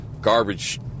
garbage